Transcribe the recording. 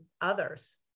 others